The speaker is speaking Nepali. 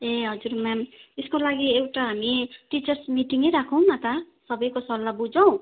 ए हजुर म्याम त्यसको लागि एउटा हामी टिर्चस मिटिङै राखौँ न त सबैको सल्लाह बुझौ